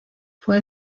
fue